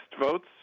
votes